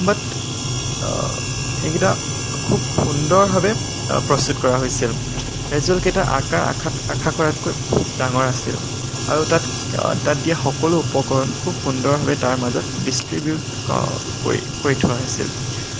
বাত সেইকেইটা খুব সুন্দৰভাৱে প্ৰস্তুত কৰা হৈছে ভেজ ৰ'ল কেইটা আশা কৰাতকৈ খুব ডাঙৰ আছিল আৰু তাত তাত দিয়া সকলো উপকৰণ খুব সুন্দৰভাৱে তাৰ মাজত ডিষ্ট্ৰিবিউট কৰি থোৱা হৈছিল